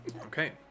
Okay